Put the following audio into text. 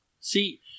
See